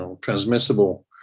transmissible